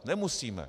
Nemusíme.